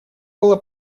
было